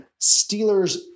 Steelers